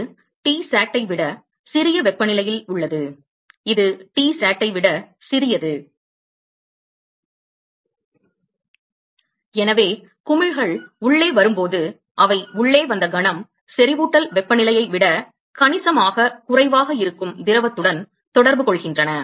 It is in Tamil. இது T sat ஐ விட சிறிய வெப்பநிலையில் உள்ளது இது T sat ஐ விட சிறியது எனவே குமிழ்கள் உள்ளே வரும்போது அவை உள்ளே வந்த கணம் செறிவூட்டல் வெப்பநிலையை விட கணிசமாகக் குறைவாக இருக்கும் திரவத்துடன் தொடர்பு கொள்கின்றன